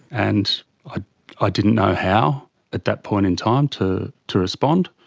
and ah i didn't know how at that point in time to to respond,